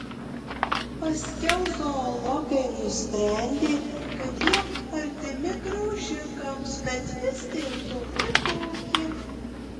paskiau zoologai nusprendė kad jie artimi graužikams bet vis dėlto kitokie